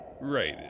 Right